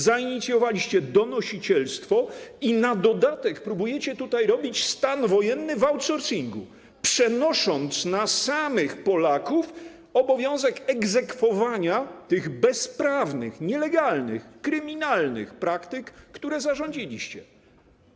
Zainicjowaliście donosicielstwo i na dodatek próbujecie robić stan wojenny w outsourcingu, przenosząc na samych Polaków obowiązek egzekwowania tych bezprawnych, nielegalnych, kryminalnych praktyk, które zarządziliście.